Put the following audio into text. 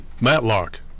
Matlock